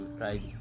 right